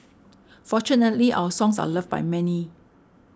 fortunately our songs are loved by many